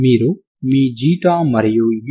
మీరు అలా చేస్తే dK